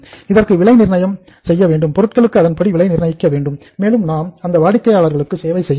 இதற்கு விலை நிர்ணயிக்க வேண்டும் பொருட்களுக்கு அதன்படி விலை நிர்ணயிக்க வேண்டும் மேலும் நாம் அந்த வாடிக்கையாளர்களுக்கு சேவை செய்ய வேண்டும்